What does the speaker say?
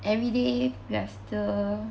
every day we are still